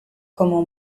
como